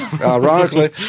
ironically